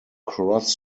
cross